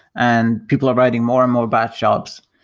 and people are writing more and more batch jobs.